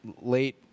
late